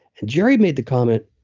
and jerry made the comment,